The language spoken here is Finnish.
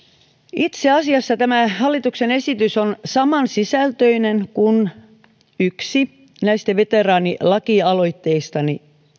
itse asiassa tämä hallituksen esitys on samansisältöinen kuin yksi näistä veteraanilaki aloitteistani